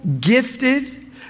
gifted